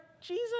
Jesus